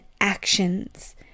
actions